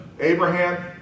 Abraham